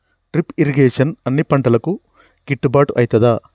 Drip irrigation అన్ని పంటలకు గిట్టుబాటు ఐతదా?